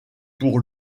pour